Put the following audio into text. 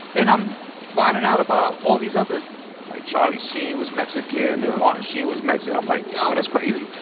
and i'm finding out about all these other like charlie sheen was mexican and martin sheen was mexican. i'm like, yo, that's crazy.